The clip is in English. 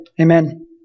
Amen